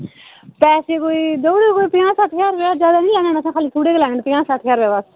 पैसे कोई देई ओड़यो कोई पञां सट्ठ ज्हार रपेआ ज्यादा निं लैने न असें खाल्ली थोह्ड़े गै लैने न पञां सट्ठ ज्हार रपेआ बस